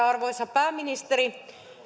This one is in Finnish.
arvoisa pääministeri